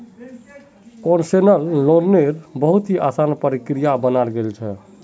concessional लोन्नेर बहुत ही असान प्रक्रिया बनाल गेल छे